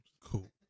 Cool